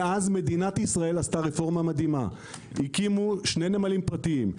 מאז מדינת ישראל עשתה רפורמה מדהימה הקימו 2 נמלים פרטיים,